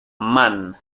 man